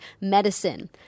Medicine